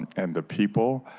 and the people.